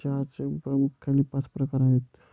चहाचे प्रामुख्याने पाच प्रकार आहेत